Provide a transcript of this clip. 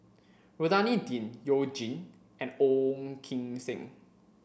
Rohani Din You Jin and Ong Kim Seng